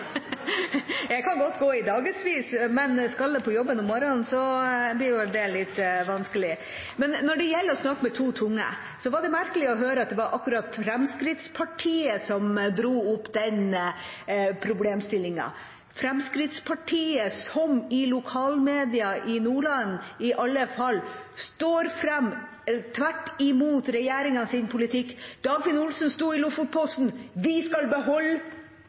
Jeg kan godt gå i dagevis, men skal jeg på jobben om morgenen, blir jo det litt vanskelig. Når det gjelder å snakke med to tunger, var det merkelig å høre at det var akkurat Fremskrittspartiet som dro opp den problemstillingen, Fremskrittspartiet som – i alle fall i lokalmedia i Nordland – står fram tvert imot regjeringas politikk. Dagfinn Olsen sa i Lofotposten: Vi skal beholde